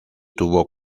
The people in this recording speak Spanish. tuvo